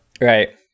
Right